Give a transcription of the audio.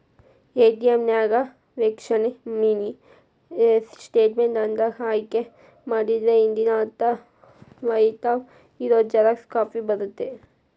ATM ನ್ಯಾಗ ವೇಕ್ಷಣೆ mini statement ಅಂತ ಆಯ್ಕೆ ಮಾಡಿದ್ರ ಹಿಂದಿನ ಹತ್ತ ವಹಿವಾಟ್ ಇರೋ ಜೆರಾಕ್ಸ್ ಕಾಪಿ ಬರತ್ತಾ